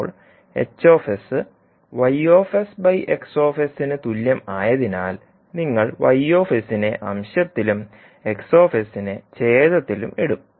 ഇപ്പോൾ H YX ന് തുല്യമായതിനാൽ നിങ്ങൾ Y നെ അംശത്തിലും X നെ ഛേദത്തിലും ഇടും